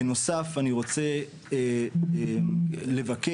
בנוסף אני רוצה לבקש.